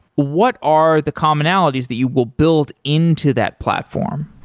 what are the commonalities that you will build into that platform?